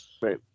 right